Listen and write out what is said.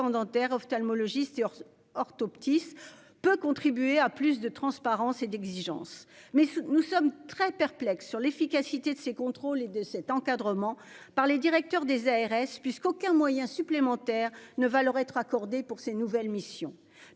ophtalmologistes et orthoptistes peut contribuer à plus de transparence et d'exigence. Mais nous sommes très perplexe sur l'efficacité de ces contrôles et de cet encadrement par les directeurs des ARS puisqu'aucun moyen supplémentaire ne va leur être accordé pour ses nouvelles missions.